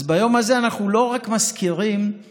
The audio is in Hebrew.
אז ביום הזה אנחנו לא מזכירים רק